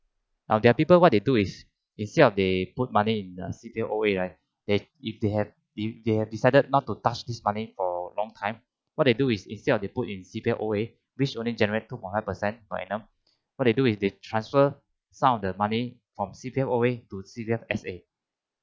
now there are people what they do is instead of they put money in uh C_P_F O_A they if they have if they have decided not to touch this money for a long time what they do is instead of they put in C_P_F O_A which only generate two point one percent per annum what they do is they transfer some of the money from C_P_F O_A to C_P_F S_A